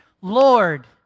lord